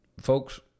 folks